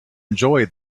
enjoy